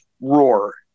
roar